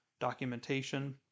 documentation